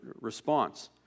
response